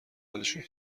حالشون